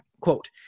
Quote